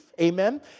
Amen